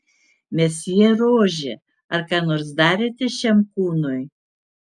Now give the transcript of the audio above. mesjė rožė ar ką nors darėte šiam kūnui